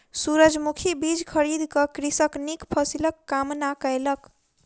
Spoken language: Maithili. सूरजमुखी बीज खरीद क कृषक नीक फसिलक कामना कयलक